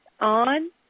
on